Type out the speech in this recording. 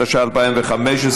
התשע"ה 2015,